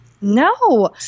No